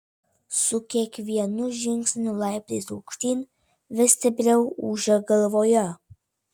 su kiekvienu žingsniu laiptais aukštyn vis stipriau ūžė galvoje